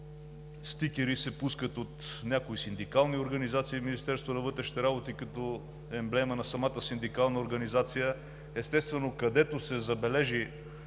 Стикери се пускат от някои синдикални организации в Министерство на вътрешните работи като емблема на самата синдикална организация. Естествено, където се забележи